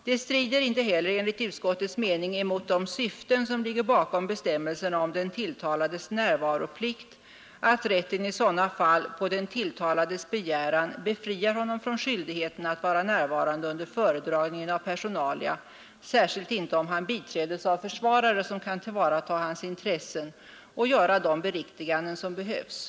Det strider enligt utskottets mening inte heller mot de syften som ligger bakom bestämmelserna om den tilltalades närvaroplikt, att rätten i sådana fall på den tilltalades begäran befriar honom från skyldigheten att vara närvarande under föredragningen av personalia, särskilt inte om han biträdes av försvarare som kan tillvarata hans intressen och göra de beriktiganden som behövs.